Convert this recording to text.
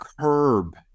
curb